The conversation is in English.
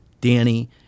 Danny